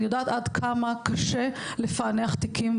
אני יודעת עד כמה קשה לפענח תיקים,